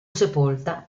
sepolta